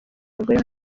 abagore